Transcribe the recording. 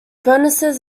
bonuses